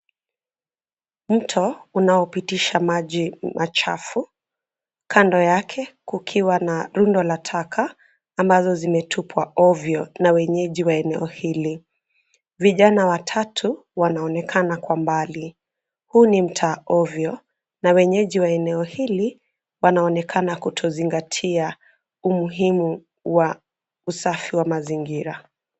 Mto unaopitisha maji machafu kando yake kukiwa na rundo la taka ambazo zimetupwa ovyo na wenyeji wa eneo hili, vijana watatu wanaonekana kwa mbali huu ni mtaa ovyo na wenyeji wa eneo hili wanaonekana kutozingatia umuhimu wa usafi wa mazingira.